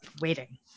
Waiting